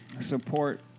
support